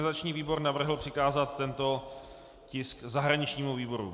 Organizační výbor navrhl přikázat tento tisk zahraničnímu výboru.